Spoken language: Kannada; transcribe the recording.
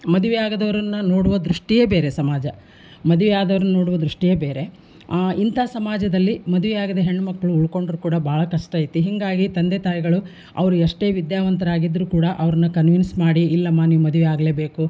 ಮದುವೆ ಆಗದವರನ್ನ ನೋಡುವ ದೃಷ್ಟಿಯೇ ಬೇರೆ ಸಮಾಜ ಮದುವೆ ಆದೋರ್ನ ನೋಡುವ ದೃಷ್ಟಿಯೇ ಬೇರೆ ಇಂಥ ಸಮಾಜದಲ್ಲಿ ಮದುವೆ ಆಗದೆ ಹೆಣ್ಣುಮಕ್ಳು ಉಳ್ಕೊಂಡರೂ ಕೂಡ ಭಾಳ ಕಷ್ಟ ಐತಿ ಹೀಗಾಗಿ ತಂದೆ ತಾಯಿಗಳು ಅವ್ರು ಎಷ್ಟೇ ವಿದ್ಯಾವಂಟ್ರು ಆಗಿದ್ದರೂ ಕೂಡ ಅವ್ರನ್ನ ಕನ್ವಿನ್ಸ್ ಮಾಡಿ ಇಲ್ಲಮ್ಮ ನೀವು ಮದುವೆ ಆಗಲೇಬೇಕು